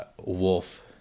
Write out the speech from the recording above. wolf